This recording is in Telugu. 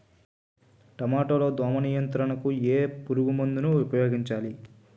టమాటా లో దోమ నియంత్రణకు ఏ పురుగుమందును ఉపయోగించాలి?